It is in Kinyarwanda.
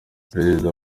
perezida